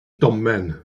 domen